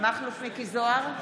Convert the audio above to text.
מכלוף מיקי זוהר,